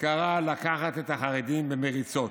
לקחת את החרדים במריצות.